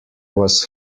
was